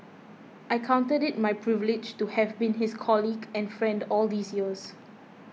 I counted it my privilege to have been his colleague and friend all these years